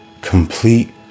complete